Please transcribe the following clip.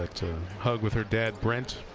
ah hug with her dad, brent.